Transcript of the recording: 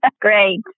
Great